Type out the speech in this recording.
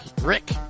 Rick